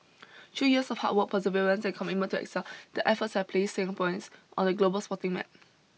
through years of hard work perseverance and commitment to excel their efforts have placed Singaporeans on the global sporting map